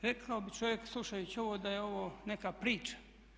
Rekao bi čovjek slušajući ovo da je ovo neka priča.